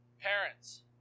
Parents